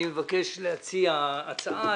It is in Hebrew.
אני מבקש להציע הצעה,